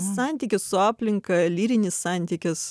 santykis su aplinka lyrinis santykis